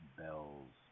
bells